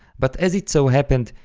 but as it so happened,